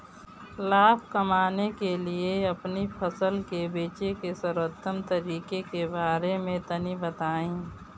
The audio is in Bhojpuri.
लाभ कमाने के लिए अपनी फसल के बेचे के सर्वोत्तम तरीके के बारे में तनी बताई?